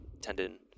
tendon